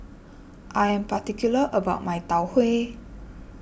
I am particular about my Tau Huay